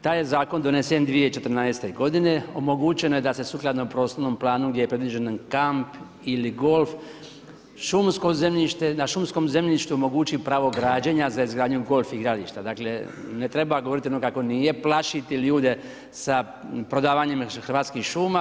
Taj je zakon donesen 2014. godine, omogućeno je da se sukladno prostornom planu gdje je predviđen kamp ili golf, šumsko zemljište, na šumskog zemljištu omogući pravo građenja za izgradnju golf igrališta, dakle ne treba govoriti ono kako nije, plašiti ljude sa prodavanjem Hrvatskih šuma.